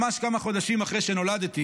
ממש כמה חודשים אחרי שנולדתי,